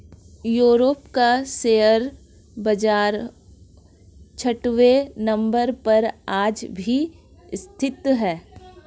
Europe का share बाजार छठवें नम्बर पर आज भी स्थित है